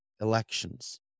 elections